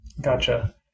Gotcha